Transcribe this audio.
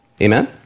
Amen